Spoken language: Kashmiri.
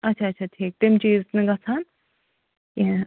آچھا آچھا ٹھیٖک تِم چیٖز چھِنہٕ گَژھان کیٚنٛہہ